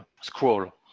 scroll